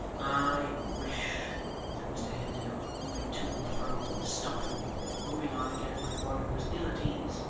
i wish said mr haredale, moving to and fro, and stopping, and moving on again, like one who was ill at ease,